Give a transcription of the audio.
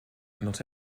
not